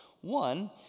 One